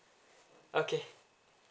okay